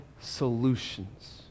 solutions